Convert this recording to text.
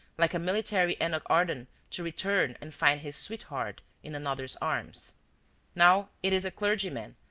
like a military enoch arden, to return and find his sweetheart in another's arms now it is a clergyman,